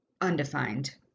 undefined